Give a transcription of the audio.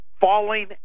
Falling